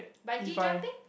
buggy jumping